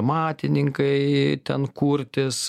amatininkai ten kurtis